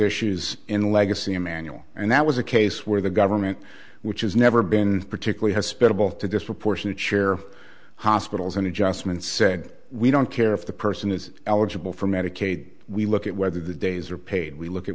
issues in legacy emanuel and that was a case where the government which has never been particularly has spent both to disproportionate share hospitals and adjustments said we don't care if the person is eligible for medicaid we look at whether the days are paid we look at